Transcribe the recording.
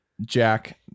jack